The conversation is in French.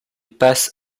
passe